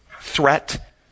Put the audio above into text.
threat